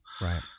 Right